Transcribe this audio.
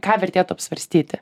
ką vertėtų apsvarstyti